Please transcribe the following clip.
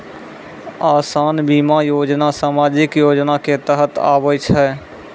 असान बीमा योजना समाजिक योजना के तहत आवै छै